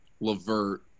Levert